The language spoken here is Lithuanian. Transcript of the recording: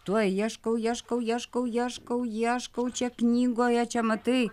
tuoj ieškau ieškau ieškau ieškau ieškau čia knygoje čia matai